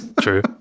True